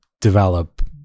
develop